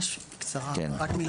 אני יכול